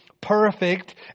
perfect